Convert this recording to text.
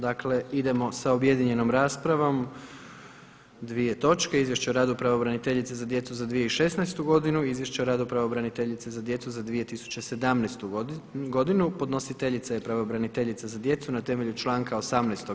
Dakle, idemo sa objedinjenom raspravom, dvije točke: - Izvješće o radu Pravobraniteljice za djecu za 2016. godinu, - Izvješće o radu Pravobraniteljice za djecu za 2017. godinu Podnositeljica je Pravobraniteljica za djecu, na temelju članka 18.